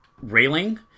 railing